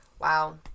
Wow